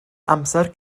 amser